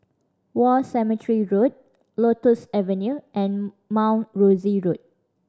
War Cemetery Road Lotus Avenue and Mount Rosie Road